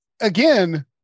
again